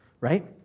right